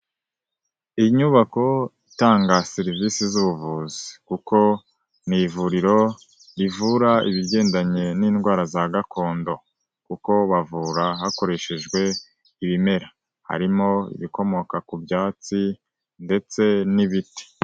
Inyubako itanga serivisi z'ubuvuzi kuko ni ivuriro rivura ibigendanye n'indwara za gakondo, kuko bavura hakoreshejwe ibimera harimo ibikomoka ku byatsi ndetse n'ibiti.